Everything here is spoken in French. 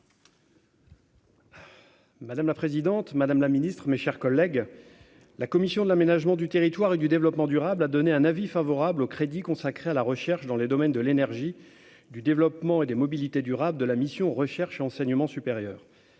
Madame la présidente, madame la ministre, mes chers collègues, la commission de l'aménagement du territoire et du développement durable a émis un avis favorable sur les crédits du programme « Recherche dans les domaines de l'énergie, du développement et de la mobilité durables » de la mission « Recherche et enseignement supérieur